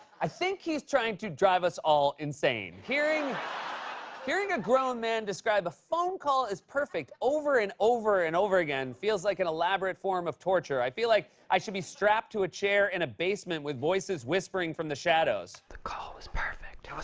i think he's trying to drive us all insane. hearing hearing a grown man describe a phone call as perfect over and over and over again feels like an elaborate form of torture. i feel like i should be strapped to a chair in a basement with voices whispering from the shadows. whispering the call was perfect.